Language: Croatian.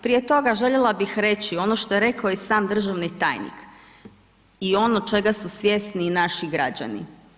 Prije toga željela bih reći ono što je rekao i sam državni tajnik i ono čega su svjesni i naši građani.